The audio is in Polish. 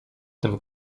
tym